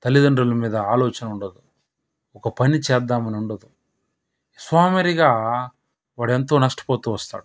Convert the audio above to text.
తల్లిదండ్రుల మీద ఆలోచన ఉండదు ఒక పని చేద్దామని ఉండదు సోమరిగా వాడెంతో నష్టపోతూ వస్తాడు